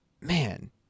man